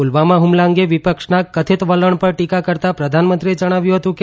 પુલવામા ફ્રમલા અંગે વિપક્ષના કથિત વલણ પર ટીકા કરતાં પ્રધાનમંત્રીએ જણાવ્યું હતું કે